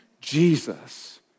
Jesus